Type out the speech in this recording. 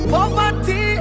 Poverty